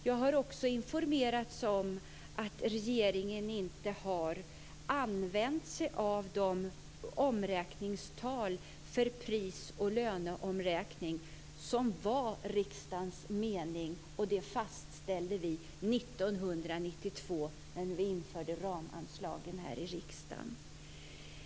Jag har också informerats om att regeringen inte har använt sig av de omräkningstal för pris och löneomräkning som var riksdagens mening och som vi fastställde 1992 när vi införde ramanslagen här i riksdagen.